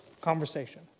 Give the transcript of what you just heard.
conversation